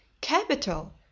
Capital